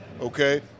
okay